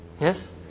Yes